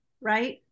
Right